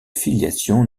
filiation